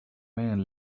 many